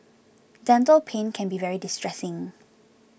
dental pain can be very distressing